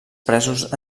presos